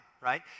right